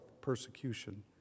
persecution